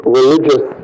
religious